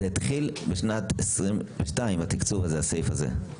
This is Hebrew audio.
זה התחיל בשנת 2022 התקצוב הזה, הסעיף הזה.